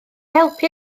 helpu